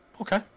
Okay